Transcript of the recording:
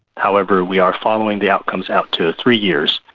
however, we are following the outcomes out to three years,